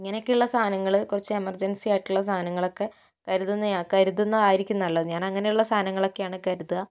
ഇങ്ങനെയൊക്കെയുള്ള സാധനങ്ങള് കുറച്ച് എമർജൻസി ആയിട്ടുള്ള സാധനങ്ങളൊക്കെ കരുതുന്നതാണ് കരുതുന്നതായിരിക്കും നല്ലത് ഞാനങ്ങനെയുള്ള സാധനങ്ങൾ ഒക്കെയാണ് കരുതുക